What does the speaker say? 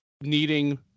needing